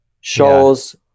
shows